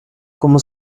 como